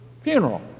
Funeral